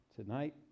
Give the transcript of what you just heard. tonight